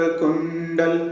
kundal